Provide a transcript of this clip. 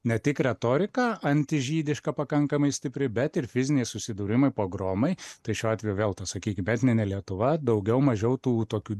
ne tik retorika antižydiška pakankamai stipri bet ir fiziniai susidūrimai pogromai tai šiuo atveju vėl ta sakyki etninė lietuva daugiau mažiau tų tokių